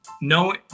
no